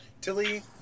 Tilly